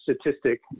statistic